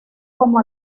como